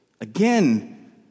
again